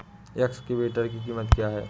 Excavator की कीमत क्या है?